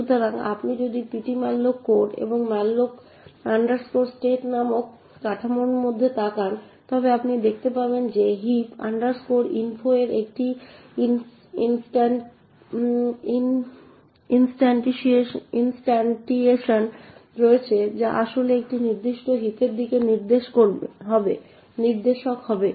সুতরাং আপনি যদি ptmalloc কোড এবং malloc state নামক কাঠামোর মধ্যে তাকান তবে আপনি দেখতে পাবেন যে heap info এর একটি ইনস্ট্যান্টিয়েশন রয়েছে যা আসলে একটি নির্দিষ্ট হিপের দিকে নির্দেশক হবে